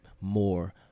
more